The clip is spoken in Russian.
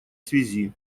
связи